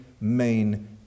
main